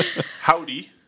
Howdy